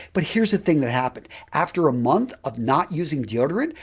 but, here's the thing that happened. after a month of not using deodorant,